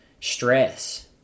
stress